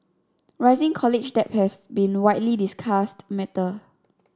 rising college debt has been a widely discussed matter